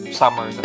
summer